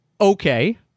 okay